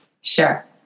Sure